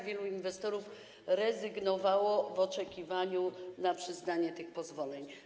Wielu inwestorów rezygnowało w oczekiwaniu na przyznanie tych pozwoleń.